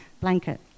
blanket